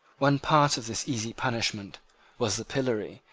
one part of this easy punishment was the pillory,